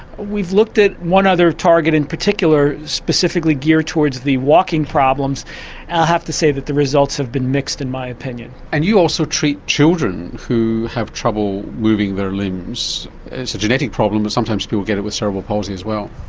we've looked at one other target in particular specifically geared towards the walking problems and i have to say that the results have been mixed in my opinion. and you also treat children who have trouble moving their limbs, it's a genetic problem and sometimes people get it with cerebral palsy as well.